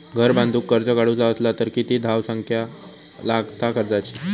घर बांधूक कर्ज काढूचा असला तर किती धावसंख्या लागता कर्जाची?